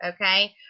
Okay